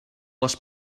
les